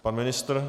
Pan ministr?